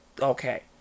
okay